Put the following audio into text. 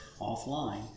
offline